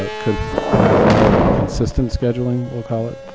ah could could have more consistent scheduling, we'll call it.